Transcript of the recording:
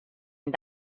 and